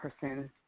person